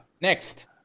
Next